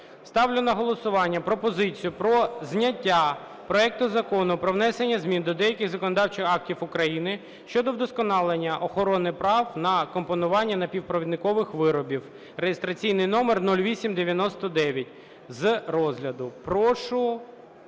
Ставлю на голосування пропозицію про зняття проекту Закону про внесення змін до деяких законодавчих актів України щодо вдосконалення охорони прав на компонування напівпровідникових виробів (реєстраційний номер 0899) з розгляду. Прошу